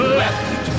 left